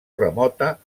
remota